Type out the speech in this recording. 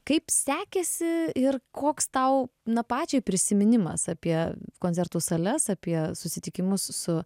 kaip sekėsi ir koks tau na pačiai prisiminimas apie koncertų sales apie susitikimus su